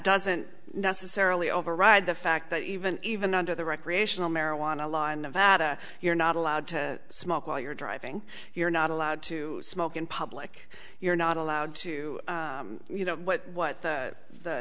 doesn't necessarily override the fact that even even under the recreational marijuana law in nevada you're not allowed to smoke while you're driving you're not allowed to smoke in public you're not allowed to you know what